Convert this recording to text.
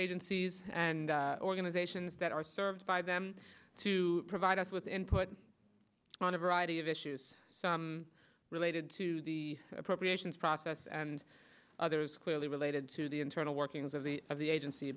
agencies and organizations that are served by them to provide us with input on a variety of issues related to the appropriations process and others clearly related to the internal workings of the of the agency